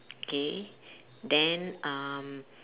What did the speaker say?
K then um